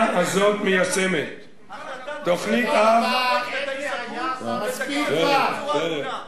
אתה איש הגון, ותגיד את הדברים בצורה הגונה.